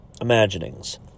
imaginings